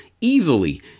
easily